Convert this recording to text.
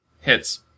hits